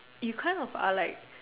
you kind of are like